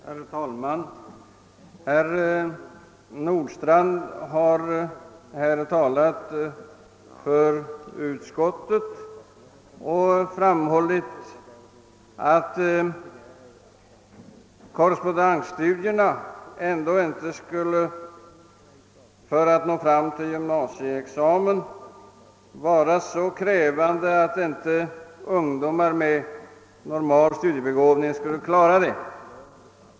Herr talman! Herr Nordstrandh har här talat för utskottet. Han sade att korrespondensstudierna fram till gymnasieexamen ändå inte är så krävande att inte ungdomar med normal studiebegåvning kan klara dem.